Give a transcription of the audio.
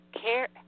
care